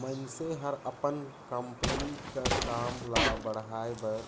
मइनसे हर अपन कंपनी कर काम ल बढ़ाए बर